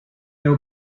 know